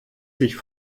sich